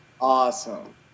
awesome